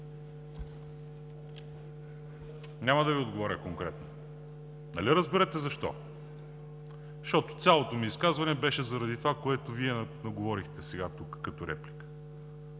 Няма да Ви отговоря конкретно. Нали разбирате защо? Защото цялото ми изказване беше заради това, което Вие наговорихте сега тук, като реплика.